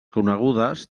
conegudes